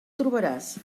trobaràs